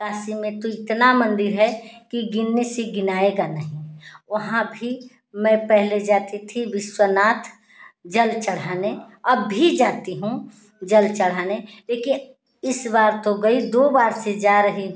काशी में तो इतना मंदिर है कि गिनने से गिनाएगा नही वहाँ भी मैं पहले जाती थी विश्वनाथ जल चढ़ाने अब भी जाती हूँ जल चढ़ाने लेकिन इस बार तो गई दो बार से जा रही